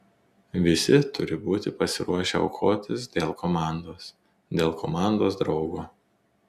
visi turi būti pasiruošę aukotis dėl komandos dėl komandos draugo